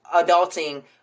adulting